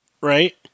right